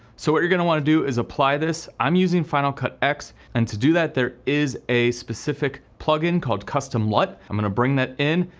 so what you're gonna want to do is apply this. i'm using final cut x and to do that there is a specific plug in called custom lut. i'm gonna bring that in.